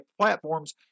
platforms